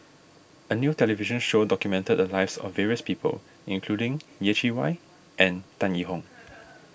a new television show documented the lives of various people including Yeh Chi Wei and Tan Yee Hong